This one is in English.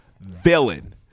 Villain